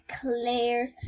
Claire's